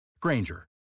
Granger